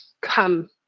come